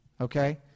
Okay